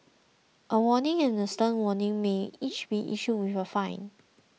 a warning and a stern warning may each be issued with a fine